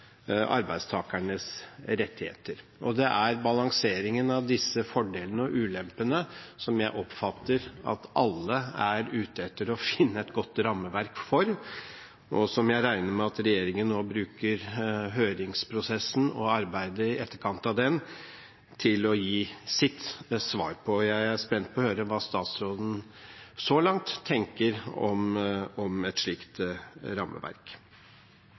arbeidstakernes rettigheter. Det er balanseringen av disse fordelene og ulempene som jeg oppfatter at alle er ute etter å finne et godt rammeverk for, og jeg regner med at regjeringen bruker høringsprosessen og arbeidet i etterkant av den til å gi sitt svar. Jeg er spent på å høre hva statsråden så langt tenker om et slikt rammeverk.